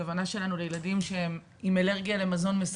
הכוונה שלנו היא לילדים שהם עם אלרגיה למזון שהיא